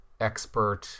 expert